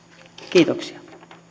kiitoksia